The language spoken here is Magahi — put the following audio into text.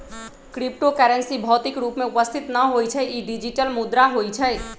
क्रिप्टो करेंसी भौतिक रूप में उपस्थित न होइ छइ इ डिजिटल मुद्रा होइ छइ